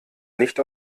nicht